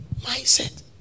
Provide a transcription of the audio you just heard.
mindset